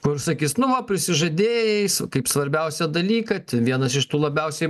kur sakys nu va prisižadėjais kaip svarbiausią dalyką vienas iš tų labiausi